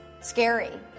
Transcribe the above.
scary